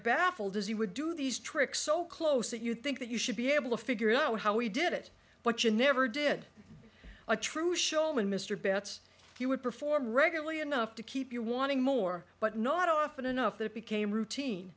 baffled as he would do these tricks so close that you think that you should be able to figure out how we did it but you never did a true show when mr betts he would perform regularly enough to keep you wanting more but not often enough that it became routine